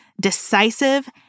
decisive